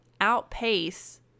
outpace